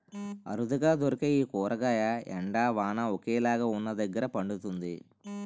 అరుదుగా దొరికే ఈ కూరగాయ ఎండ, వాన ఒకేలాగా వున్నదగ్గర పండుతుంది